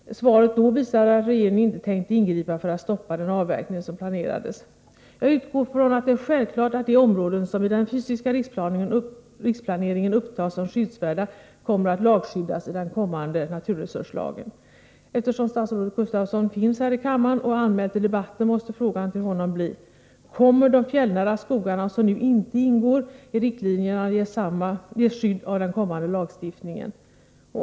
Svaret då visade att regeringen inte tänkte ingripa för att stoppa den avverkning som planerades. Jag utgår från att det är självklart att de områden som i den fysiska riksplaneringen upptas som skyddsvärda kommer att lagskyddas i den kommande naturresurslagen. Eftersom statsrådet Gustafsson finns här i kammaren och är anmäld till debatten måste frågan till honom bli: Kommer de fjällnära skogar som nu inte ingår i riktlinjerna ges skydd av den kommande lagstiftningen?